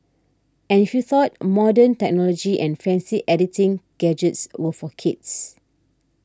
and if you thought modern technology and fancy editing gadgets were for kids